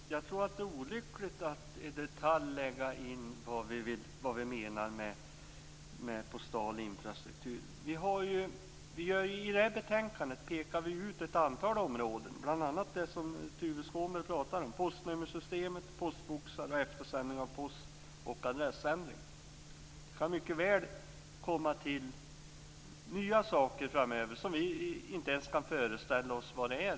Fru talman! Jag tror att det är olyckligt att i detalj lägga in vad vi menar med postal infrastruktur. I detta betänkande pekar vi ju ut ett antal områden, bl.a. det som Tuve Skånberg tog upp, postnummersystemet, postboxar och eftersändning av post och adressändringar. Det kan mycket väl komma till nya saker framöver som vi inte ens kan föreställa oss vad det är.